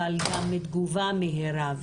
אבל גם תגובה מהירה.